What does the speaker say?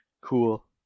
Cool